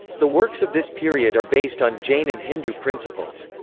the works of this period are based on jain and hindu principles.